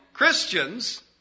Christians